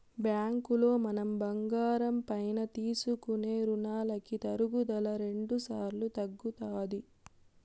బ్యాంకులో మనం బంగారం పైన తీసుకునే రునాలకి తరుగుదల రెండుసార్లు తగ్గుతాది